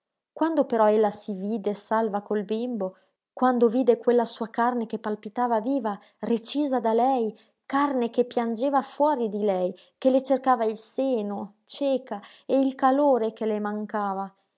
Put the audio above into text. quando però ella si vide salva col bimbo quando vide quella sua carne che palpitava viva recisa da lei carne che piangeva fuori di lei che le cercava il seno cieca e il calore che le mancava